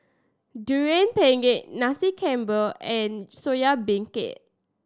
Durian Pengat Nasi Campur and Soya Beancurd